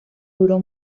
duró